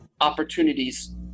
opportunities